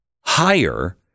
higher